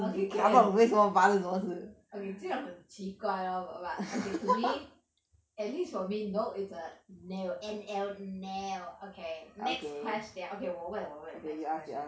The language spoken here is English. okay can okay 虽然很奇怪 lah but but okay to me at least for me no it's a no no no okay next question okay 我问我问 next question